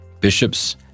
bishops